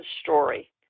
story